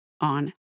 on